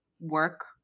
work